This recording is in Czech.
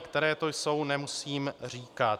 Které to jsou, nemusím říkat.